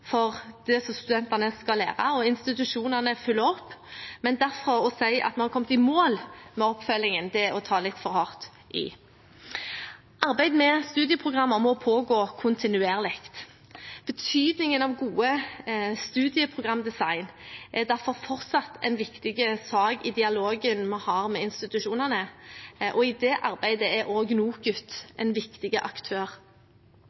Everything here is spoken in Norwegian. for det som studentene skal lære. Institusjonene følger opp, men derfra til å si at vi har kommet i mål med oppfølgingen, er å ta litt for hardt i. Arbeid med studieprogrammer må pågå kontinuerlig. Betydningen av gode studieprogramdesign er derfor fortsatt en viktig sak i dialogen vi har med institusjonene. I det arbeidet er